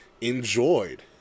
enjoyed